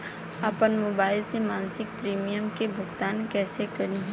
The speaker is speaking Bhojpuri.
आपन मोबाइल से मसिक प्रिमियम के भुगतान कइसे करि?